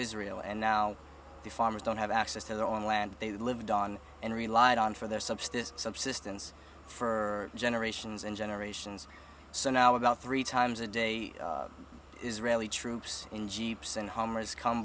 israel and now the farmers don't have access to their own land they lived on and relied on for their subsist subsistence for generations and generations so now about three times a day israeli troops in jeeps and hummers come